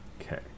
Okay